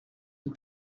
une